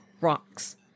rocks